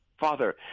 Father